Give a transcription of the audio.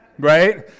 right